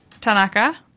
Tanaka